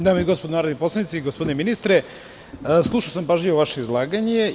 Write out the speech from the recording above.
Dame i gospodo narodni poslanici, gospodine ministre, slušao sam pažljivo vaše izlaganje.